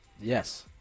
Yes